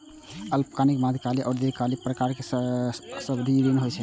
अल्पकालिक, मध्यकालिक आ दीर्घकालिक प्रकारक सावधि ऋण होइ छै